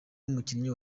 umukinnyi